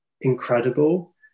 incredible